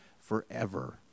forever